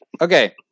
Okay